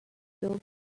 build